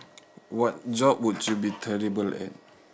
what job would you be terrible at